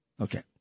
Okay